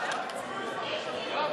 את הצעת חוק הממשלה (תיקון,